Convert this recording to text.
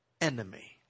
enemy